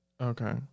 Okay